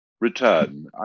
Return